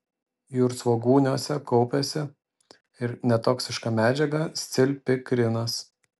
jūrsvogūniuose kaupiasi ir netoksiška medžiaga scilpikrinas